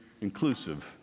inclusive